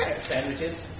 Sandwiches